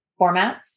formats